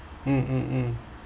mm mm mm